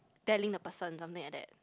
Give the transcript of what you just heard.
telling the person something like that